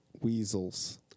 Weasels